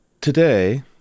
Today